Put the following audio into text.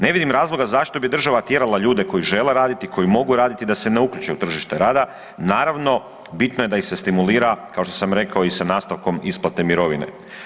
Ne vidim razloga zašto bi država tjerala ljude koji žele raditi i koji mogu raditi da se ne uključe u tržište rada, naravno bitno je da ih se stimulira kao što sam rekao i sa nastavkom isplate mirovine.